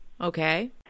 Okay